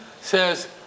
says